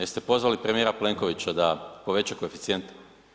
Jeste pozivali premijera Plenkovića da poveća koeficijente?